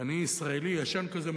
ואני ישראלי ישן כזה,